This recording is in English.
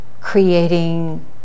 creating